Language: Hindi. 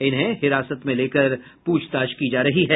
इन्हें हिरासत में लेकर पूछताछ की जा रही है